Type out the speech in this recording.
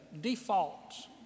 defaults